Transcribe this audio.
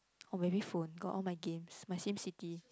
oh maybe phone got all my games my Sim City